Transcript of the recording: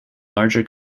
larger